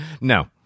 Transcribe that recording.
No